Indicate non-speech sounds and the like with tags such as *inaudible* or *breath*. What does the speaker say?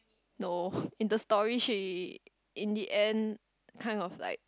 no *breath* in the story she in the end kind of like